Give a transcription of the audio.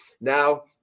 Now